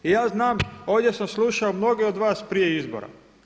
Ja znam, ovdje sam slušao mnoge od vas prije izbora.